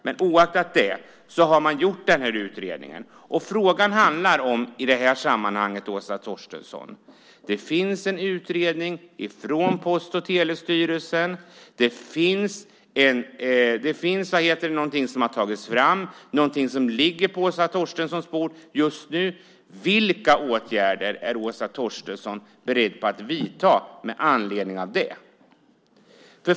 Men oaktat det har man gjort den här utredningen. Och frågan i det här sammanhanget, Åsa Torstensson, handlar om att det finns en utredning från Post och telestyrelsen. Det finns någonting som har tagits fram, någonting som ligger på Åsa Torstenssons bord just nu. Vilka åtgärder är Åsa Torstensson beredd att vidta med anledning av det?